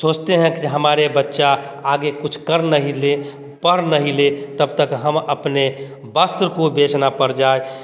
सोचते हैं हमारे बच्चा आगे कुछ कर नहीं ले पढ़ नहीं ले तब तक हम अपने वस्त्र को बेचना पड़ जाए